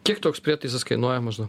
kiek toks prietaisas kainuoja maždaug